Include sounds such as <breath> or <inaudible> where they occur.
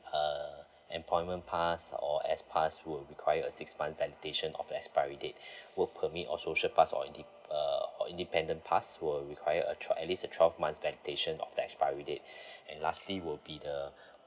uh employment pass or S pass would require a six month validation of expiry date <breath> world permit or social pass or inde~ uh or independent pass will require a twe~ at least twelve months validation of the expiry date <breath> and lastly will be the